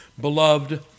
beloved